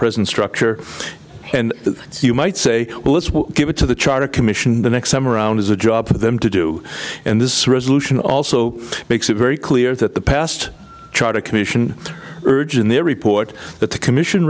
present structure and you might say well let's give it to the charter commission the next time around is a job for them to do and this resolution also makes it very clear that the past charter commission urge and they report that the commission